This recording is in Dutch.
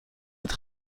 het